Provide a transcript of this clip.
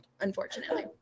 unfortunately